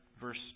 verse